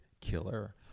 killer